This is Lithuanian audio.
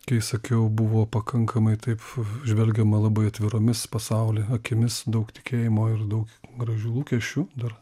kai sakiau buvo pakankamai taip žvelgiama labai atviromis pasaulį akimis daug tikėjimo ir daug gražių lūkesčių dar